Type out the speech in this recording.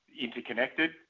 interconnected